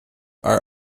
are